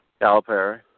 Calipari